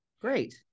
great